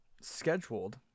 scheduled